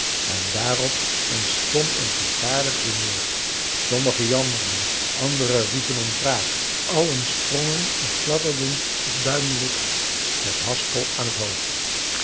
en daarop ontstond een vervaarlijk rumoer sommigen jammerden anderen riepen om wraak allen sprongen of fladderden op duimelot af met haspel aan t hoofd